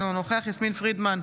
אינו נוכח יסמין פרידמן,